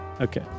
okay